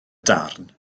darn